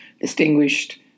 distinguished